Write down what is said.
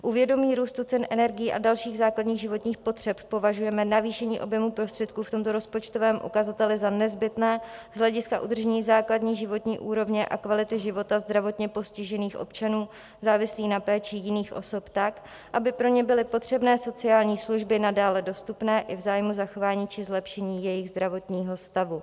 U vědomí růstu cen energií a dalších základních životních potřeb považujeme navýšení objemu prostředků v tomto rozpočtovém ukazateli za nezbytné z hlediska udržení základní životní úrovně a kvality života zdravotně postižených občanů závislých na péči jiných osob tak, aby pro ně byly potřebné sociální služby nadále dostupné i v zájmu zachování či zlepšení jejich zdravotního stavu.